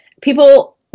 People